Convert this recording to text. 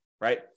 right